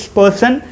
person